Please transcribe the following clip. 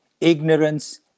ignorance